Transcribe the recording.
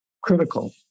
critical